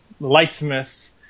Lightsmiths